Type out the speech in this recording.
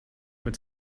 but